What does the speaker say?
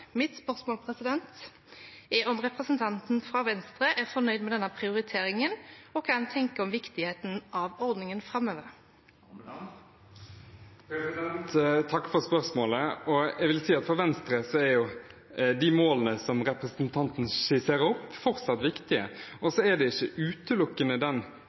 Mitt spørsmål er om representanten fra Venstre er fornøyd med denne prioriteringen, og hva han tenker om viktigheten av ordningen framover. Takk for spørsmålet. Jeg vil si at for Venstre er de målene som representanten skisserte, fortsatt viktige. Så er det ikke utelukkende den